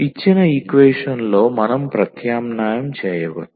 ఇచ్చిన ఈక్వేషన్ లో మనం ప్రత్యామ్నాయం చేయవచ్చు